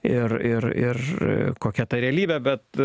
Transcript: ir ir ir kokia ta realybė bet